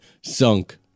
sunk